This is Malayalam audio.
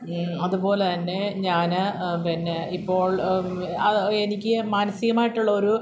അതുപോലെതന്നെ ഞാൻ പിന്നെ ഇപ്പോൾ ആ എനിക്ക് മാനസികമായിട്ടുള്ള ഒരു